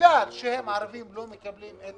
בגלל שהם ערבים, לא מקבלים את